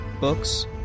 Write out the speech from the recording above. books